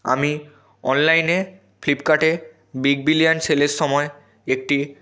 আমি অনলাইনে ফ্লিপকার্টে বিগ বিলিয়ন সেলের সময় একটি